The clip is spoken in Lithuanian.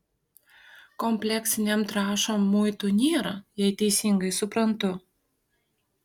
kompleksinėm trąšom muitų nėra jei teisingai suprantu